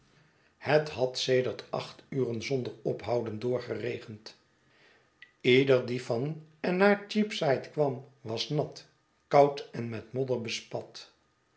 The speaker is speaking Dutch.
het had sedert acht uren zonder ophouclen door geregend ieder die van en naar cheapside kwam was nat houd en met modder bespat